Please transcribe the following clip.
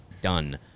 done